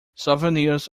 souvenirs